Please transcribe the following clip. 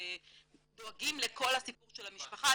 במסגרתה אנחנו דואגים לכל הסיפור של המשפחה.